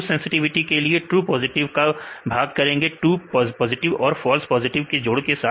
true sensitivity के लिए true positive का भाग करेंगे ट्रू पॉजिटिव और फॉल्स नेगेटिव के जोड़ के साथ